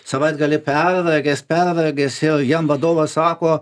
savaitgalį pervargęs pervargęs ir jam vadovas sako